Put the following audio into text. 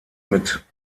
mit